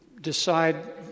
decide